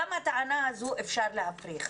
גם את הטענה הזו אפשר להפריך.